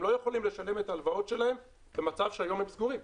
הם לא יכולים לשלם את ההלוואות שלהם במצב שהיום הם סגורים.